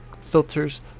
filters